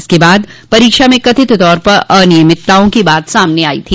इसके बाद परोक्षा में कथित तौर पर अनियमितताओं की बात सामने आई थी